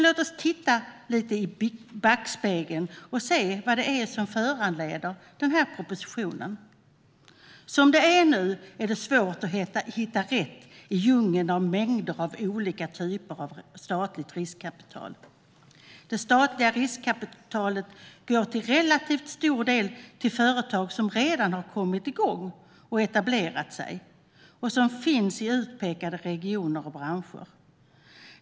Låt oss titta lite i backspegeln för att se vad det är som föranleder propositionen. Som det är nu är det svårt att hitta rätt i djungeln och mängden av olika typer av statligt riskkapital. Det statliga riskkapitalet går till relativt stor del till företag som redan har kommit igång och etablerat sig och som finns i utpekade regioner och branscher.